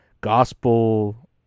gospel